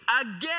Again